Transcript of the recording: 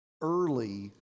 early